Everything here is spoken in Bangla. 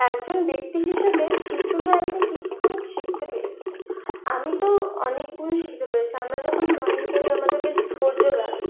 একজন ব্যক্তি হিসাবে শিল্পি কি কি গুন শিখতে পেরেছি আমি তো অনেক গুনই শিখতে পেরেছি আমরা যখন ড্রয়িং করি আমাদের বেশ ধৈর্য লাগে